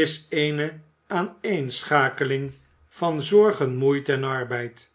is eene aaneenschakeling van zorgen moeite en arbeid